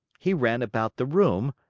he ran about the room,